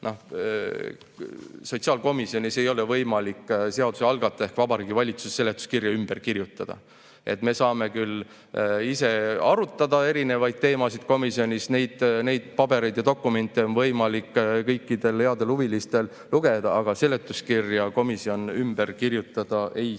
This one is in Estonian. sotsiaalkomisjonis ei ole võimalik seaduse algataja ehk Vabariigi Valitsuse seletuskirja ümber kirjutada. Me saame küll ise arutada erinevaid teemasid komisjonis, neid pabereid ja dokumente on võimalik kõikidel headel huvilistel lugeda, aga seletuskirja komisjon ümber kirjutada ei saa.